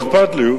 לא אכפת לי,